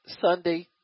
Sunday